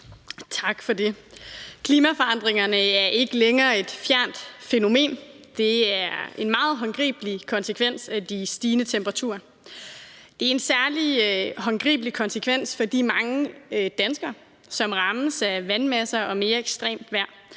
Tak for det. Klimaforandringerne er ikke længere et fjernt fænomen. Det er en meget håndgribelig konsekvens af de stigende temperaturer. Det er en særlig håndgribelig konsekvens for de mange danskere, som rammes af vandmasser og mere ekstremt vejr.